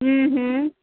हम्म हम्म